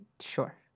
sure